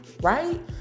right